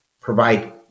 provide